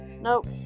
nope